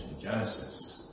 Genesis